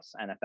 nfl